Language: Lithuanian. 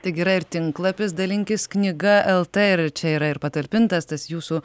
taigi yra ir tinklapis dalinkis knyga lt ir čia yra ir patalpintas tas jūsų